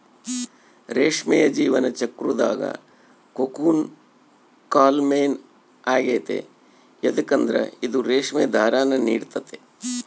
ರೇಷ್ಮೆಯ ಜೀವನ ಚಕ್ರುದಾಗ ಕೋಕೂನ್ ಕಾಲ ಮೇನ್ ಆಗೆತೆ ಯದುಕಂದ್ರ ಇದು ರೇಷ್ಮೆ ದಾರಾನ ನೀಡ್ತತೆ